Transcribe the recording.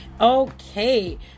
Okay